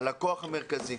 הלקוח המרכזי.